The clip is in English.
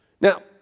Now